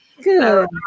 Good